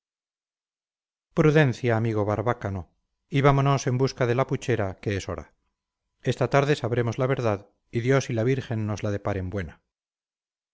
prudencia amigo barbáchano y vámonos en busca de la puchera que es hora esta tarde sabremos la verdad y dios y la virgen nos la deparen buena